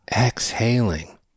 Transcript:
exhaling